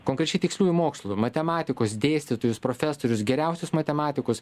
konkrečiai tiksliųjų mokslų matematikos dėstytojus profesorius geriausius matematikus